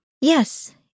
Yes